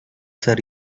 ser